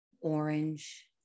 orange